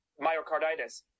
myocarditis